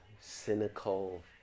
cynical